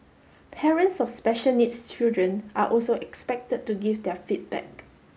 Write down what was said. parents of special needs children are also expected to give their feedback